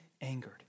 angered